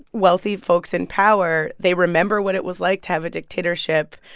wealthy folks in power, they remember what it was like to have a dictatorship.